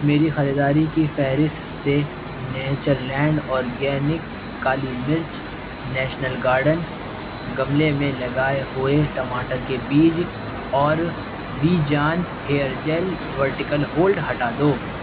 میری خریداری کی فہرست سے نیچر لینڈ اورگینکس کالی مرچ نیشنل گارڈنز گملے میں لگائے ہوئے ٹماٹر کے بیج اور Vi John hair gel vertical hold ہٹا دو